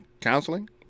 Counseling